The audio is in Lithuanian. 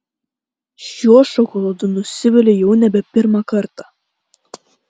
šiuo šokoladu nusiviliu jau nebe pirmą kartą